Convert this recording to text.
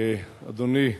אדוני השר,